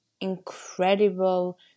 incredible